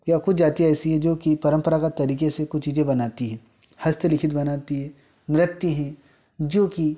या कुछ जाती ऐसी हैं जो की परंपरागत तरीके से कुछ चीज़ें बनाती हैं हस्तलिखित बनाती है नृत्य हैं जो कि